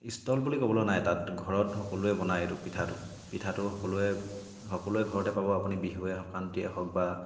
stall বুলি ক'বলৈ নাই তাত ঘৰত সকলোৱে বনাই এইটো পিঠাটো পিঠাটো সকলোৱে সকলোৱে ঘৰতে পাব আপুনি বিহুৱে সংক্ৰান্তিয়ে হওক বা